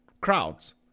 crowds